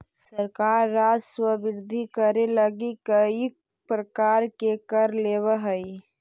सरकार राजस्व वृद्धि करे लगी कईक प्रकार के कर लेवऽ हई